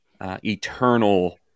eternal